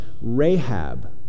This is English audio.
Rahab